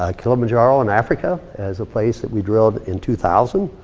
ah kilimanjaro in africa, as a place that we drilled in two thousand.